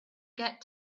get